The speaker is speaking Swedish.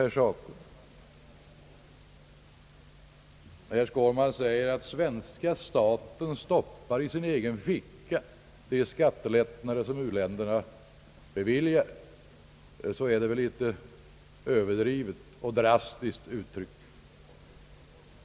När herr Skårman säger att svenska staten »stoppar i egen ficka» de skattelättnader som u-länderna beviljar är det väl överdrivet och drastiskt uttryckt.